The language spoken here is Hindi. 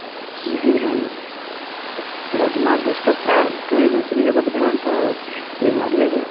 नहीं ध्यान अब थोड़ा दिमाग डिस्टर्ब था कहीं दूसरी जगह पर ध्यान था और कोई मार ले गया